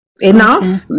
Enough